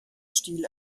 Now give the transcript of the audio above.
stil